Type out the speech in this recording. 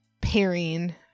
pairing